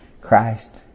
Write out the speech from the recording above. Christ